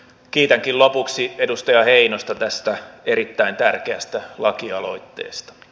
kiitänkin lopuksi edustaja heinosta tästä erittäin tärkeästä lakialoitteesta